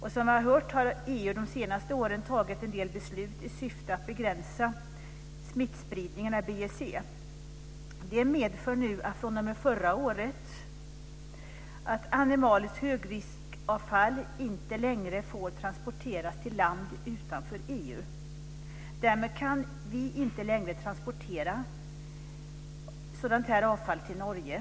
EU har under de senaste åren tagit en del beslut i syfte att begränsa spridningen av BSE-smitta. Det beslutades under förra året att animaliskt högriskavfall inte längre får transporteras till land utanför EU, och därmed kan vi inte längre exportera sådant här avfall till Norge.